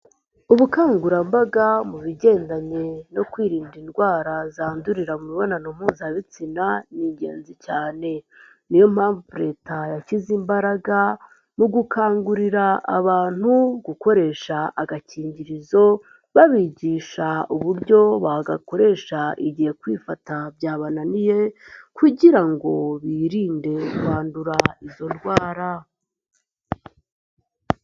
Ubukangurambaga mu bigendanye no kwirinda indwara zandurira mu mibonano mpuzabitsina ni ingenzi cyane, ni yo mpamvu Leta yashyize imbaraga mu gukangurira abantu gukoresha agakingirizo, babigisha uburyo bagakoresha igihe kwifata byabananiye kugira ngo birinde kwandura izo ndwara.